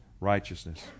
righteousness